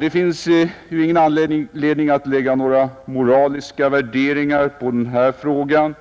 Det finns ingen anledning att lägga några moraliska värderingar på den här frågan,